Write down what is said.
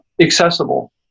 accessible